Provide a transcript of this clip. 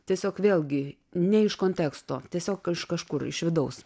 tiesiog vėlgi ne iš konteksto tiesiog iš kažkur iš vidaus